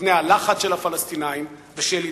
מפני הלחץ של הפלסטינים ושל ידידיהם.